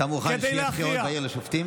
אתה מוכן שיהיו בחירות בעיר לשופטים?